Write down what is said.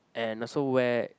and also where